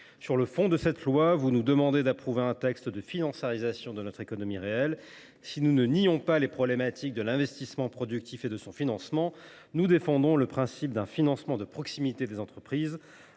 sur le fond, vous nous demandez d’approuver un texte de financiarisation de notre économie réelle. Si nous ne nions pas les problématiques de l’investissement productif et de son financement, nous défendons, pour notre part, le financement de proximité des entreprises.